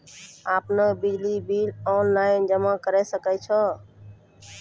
आपनौ बिजली bill online जमा करै सकै छौ?